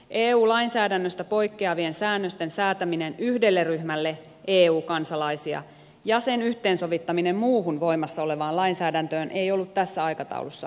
eu lainsäädännöstä poikkeavien säännösten säätäminen yhdelle ryhmälle eu kansalaisia ja sen yhteensovittaminen muuhun voimassa olevaan lainsäädäntöön ei ollut tässä aikataulussa mahdollista